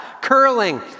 Curling